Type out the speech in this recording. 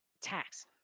tax